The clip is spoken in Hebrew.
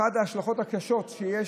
אחת ההשלכות הקשות שיש,